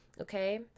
Okay